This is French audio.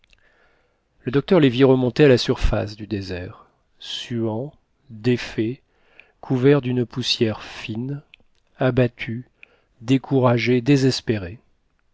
le docteur les vit remonter à la surface du désert suants défaits couverts d'une poussière fine abattus découragés désespérés